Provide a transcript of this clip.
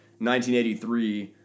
1983